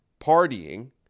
partying